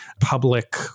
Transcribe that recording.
public